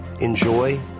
Enjoy